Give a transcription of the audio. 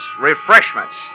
Refreshments